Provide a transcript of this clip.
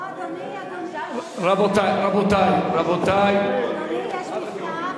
לא, אדוני, אדוני, יש מכתב?